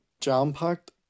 jam-packed